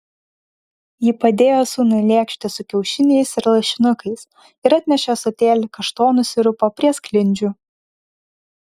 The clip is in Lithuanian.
ji padėjo sūnui lėkštę su kiaušiniais ir lašinukais ir atnešė ąsotėlį kaštonų sirupo prie sklindžių